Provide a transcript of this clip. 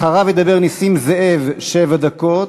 אחריו ידבר נסים זאב שבע דקות,